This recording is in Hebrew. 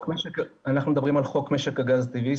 אנחנו מדברים על חוק משק הגז הטבעי,